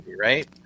right